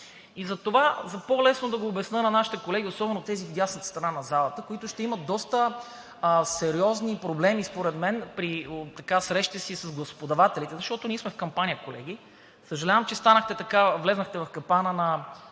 Затова ще го обясня на нашите колеги, особено на тези в дясната страна на залата, които ще имат доста сериозни проблеми според мен при срещите си с гласоподавателите, защото ние сме в кампания, колеги. Съжалявам, че влязохте в капана на